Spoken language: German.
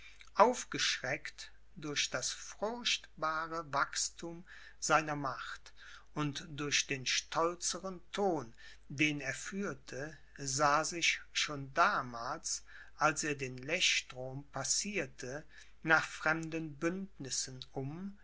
aufgeschreckt durch das furchtbare wachsthum seiner macht und durch den stolzeren ton den er führte sah sich schon damals als er den lechstrom passierte nach fremden bündnissen um